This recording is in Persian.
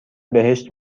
بهشت